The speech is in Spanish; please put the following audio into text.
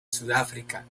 sudáfrica